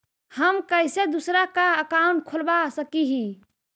हम कैसे दूसरा का अकाउंट खोलबा सकी ही?